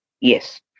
Yes